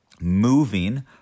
moving